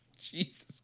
Jesus